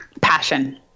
Passion